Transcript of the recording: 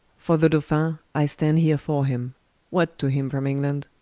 for the dolphin, i stand here for him what to him from england?